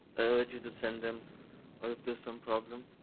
urge you to send them or if there's some problem